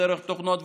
דרך תוכנות,